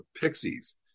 Pixies